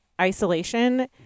isolation